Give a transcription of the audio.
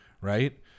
right